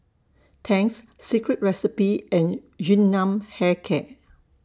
Tangs Secret Recipe and Yun Nam Hair Care